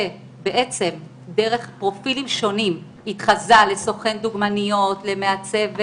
שדרך פרופילים שונים התחזה לסוכן דוגמניות, למעצב,